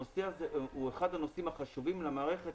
הנושא הזה הוא אחד הנושאים החשובים למערכת,